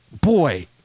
boy